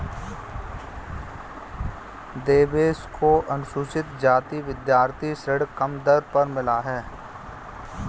देवेश को अनुसूचित जाति विद्यार्थी ऋण कम दर पर मिला है